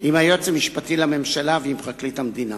עם היועץ המשפטי לממשלה ועם פרקליט המדינה,